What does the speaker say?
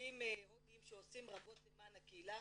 נציגים הודיים שעושים רבות למען הקהילה